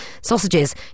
Sausages